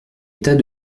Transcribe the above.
état